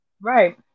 right